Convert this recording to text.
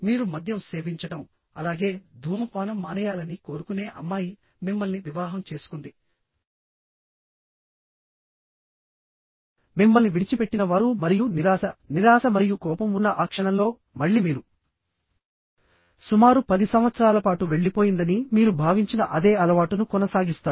మీరు మద్యం సేవించడం అలాగే ధూమపానం మానేయాలని కోరుకునే అమ్మాయి మిమ్మల్ని వివాహం చేసుకుంది మిమ్మల్ని విడిచిపెట్టిన వారు మరియు నిరాశ నిరాశ మరియు కోపం ఉన్న ఆ క్షణంలో మళ్ళీ మీరు సుమారు 10 సంవత్సరాల పాటు వెళ్లిపోయిందని మీరు భావించిన అదే అలవాటును కొనసాగిస్తారు